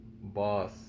boss